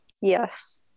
Yes